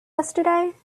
yesterday